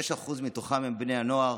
6% מתוכם הם בני נוער,